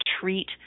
treat